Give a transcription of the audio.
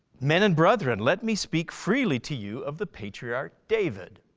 men and brethren, let me speak freely to you of the patriarch david.